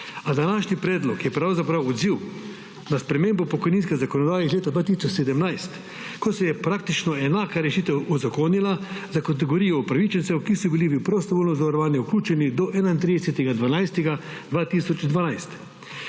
A današnji predlog je pravzaprav odziv na spremembo pokojninske zakonodaje iz leta 2017, ko se je praktično enaka rešitev uzakonila za kategorijo upravičencev, ki so bili v prostovoljno zavarovanje vključeni do 31. 12. 2012.